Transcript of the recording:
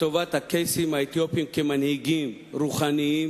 לטובת הקייסים האתיופים כמנהיגים רוחניים